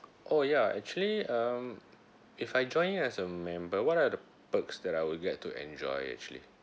oh ya actually um if I join in as a member what are the perks that I will get to enjoy actually